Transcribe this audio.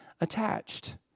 attached